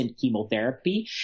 chemotherapy